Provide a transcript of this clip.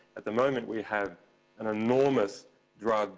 at the moment we have an enormous drug